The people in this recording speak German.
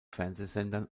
fernsehsendern